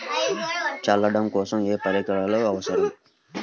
చల్లడం కోసం ఏ పరికరాలు అవసరం?